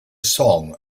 song